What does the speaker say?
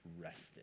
rested